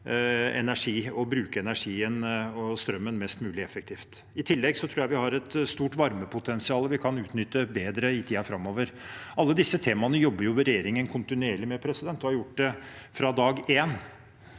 og strømmen mest mulig effektivt. I tillegg tror jeg vi har et stort varmepotensial vi kan utnytte bedre i tiden framover. Alle disse temaene jobber regjeringen kontinuerlig med og har gjort det fra dag én,